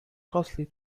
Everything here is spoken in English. costly